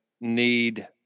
need